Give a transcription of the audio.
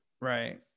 Right